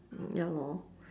ya lor